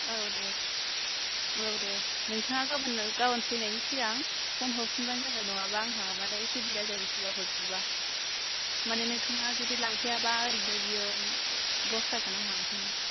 औ दे औ दे नोंथाङा गाबोनो गाबोन फैनायनि सिगां फन हरफिनबानो जाबाय नङाबा आंहा उसुबिदा जायो सोरबाफोर फैबा मानि नोंथाङा जुदि लांफैयाबा ओरैनो बेयो लस जागोन आंहा ओंखायनो